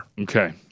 Okay